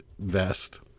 Vest